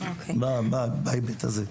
בהיבט הזה.